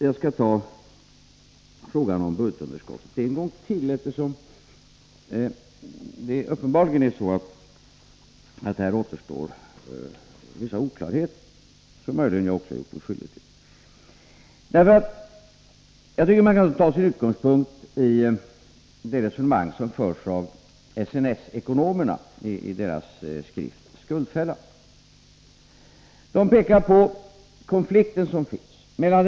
Jag skall återkomma till frågan om budgetunderskottet ytterligare en gång, eftersom det uppenbarligen kvarstår vissa oklarheter, som möjligen också jag har gjort mig skyldig till. Jag tycker att man kan ta som utgångspunkt det resonemang som förs av SNS-ekonomerna i skriften Skuldfällan. De pekar på den konflikt som finns innesluten i den nuvarande situationen.